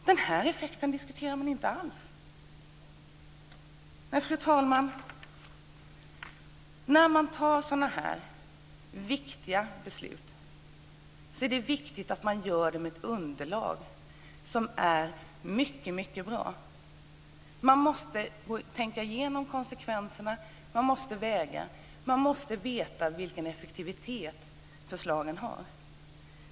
Den här effekten diskuterar man inte alls. Fru talman! När man fattar så här viktiga beslut är det viktigt att man gör det med ett underlag som är mycket bra. Man måste tänka igenom konsekvenserna, veta vilken effektivitet förslagen får.